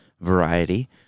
variety